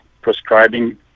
prescribing